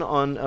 on